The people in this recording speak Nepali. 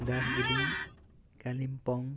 दार्जिलिङ कालिम्पोङ